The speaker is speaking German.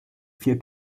vier